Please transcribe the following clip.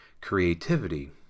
creativity